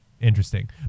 Interesting